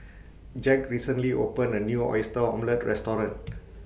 Jack recently opened A New Oyster Omelette Restaurant